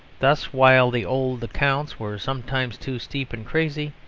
thus while the old accounts were sometimes too steep and crazy,